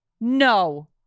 No